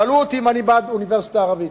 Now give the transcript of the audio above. שאלו אותי אם אני בעד אוניברסיטה ערבית.